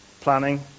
Planning